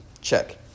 Check